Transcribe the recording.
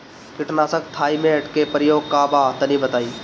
कीटनाशक थाइमेट के प्रयोग का बा तनि बताई?